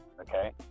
okay